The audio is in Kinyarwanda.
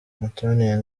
antonio